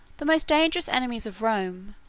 the most dangerous enemies of rome,